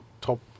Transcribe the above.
top